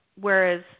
whereas